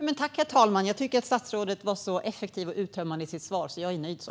Herr talman! Jag tycker att statsrådet var så effektiv och uttömmande i sitt svar, så jag är nöjd så.